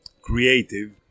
creative